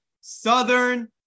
Southern